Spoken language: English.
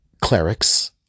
clerics